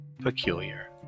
peculiar